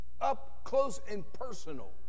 up-close-and-personal